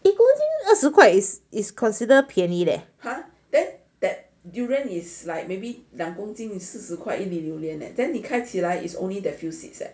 一公斤二十块 is is considered 便宜 leh